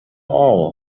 all